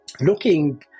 looking